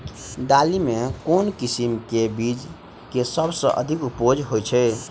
दालि मे केँ किसिम केँ बीज केँ सबसँ अधिक उपज होए छै?